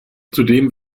zudem